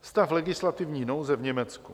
Stav legislativní nouze v Německu.